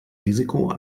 risiko